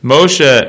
Moshe